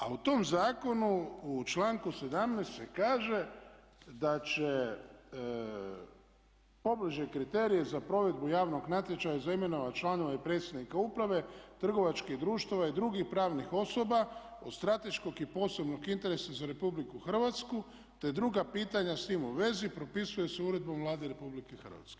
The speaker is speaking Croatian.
A u tom zakonu u članku 17. se kaže da će pobliže kriterije za provedbu javnog natječaja za imenovat članove i predsjednika uprave trgovačkih društava i drugih pravnih osoba od strateškog i posebnog interesa za Republiku Hrvatsku, te druga pitanja s tim u vezi propisuje se Uredbom Vlade RH.